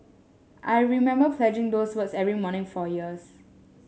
I remember pledging those words every morning for years